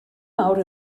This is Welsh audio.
mawr